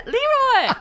Leroy